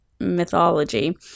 mythology